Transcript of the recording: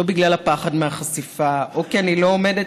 לא בגלל הפחד מהחשיפה או כי אני לא עומדת